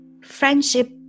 friendship